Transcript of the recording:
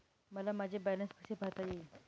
मला माझे बॅलन्स कसे पाहता येईल?